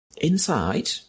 Inside